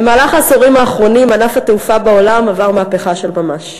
במהלך העשורים האחרונים ענף התעופה בעולם עבר מהפכה של ממש.